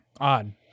Odd